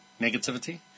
negativity